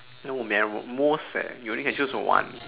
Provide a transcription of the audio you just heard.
no memora~ most eh you only can choose from one